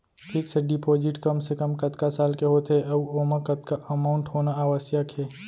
Fix deposit कम से कम कतका साल के होथे ऊ ओमा कतका अमाउंट होना आवश्यक हे?